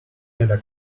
nella